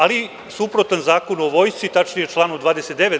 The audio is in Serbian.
Ali, suprotno Zakonu o Vojsci, tačnije članu 29.